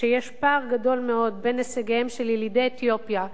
גדול מאוד בין הישגיהם של יוצאי אתיופיה,